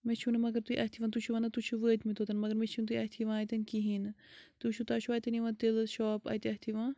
مےٚ چھُو نہٕ مگر تُہۍ اَتھہِ یوان تُہۍ چھُو وَنان تہۍ چھُو وٲتمِتۍ اوٚتَن مگر مےٚ چھُو نہٕ تُہۍ اَتھہِ یِوان اَتیٚن کہیٖنۍ تُہۍ وُچھُو تۄہہِ چھُوا اَتیٚن تِلہٕ شاپ اَتہِ اَتھہِ یِوان